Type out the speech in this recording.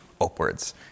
upwards